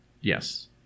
Yes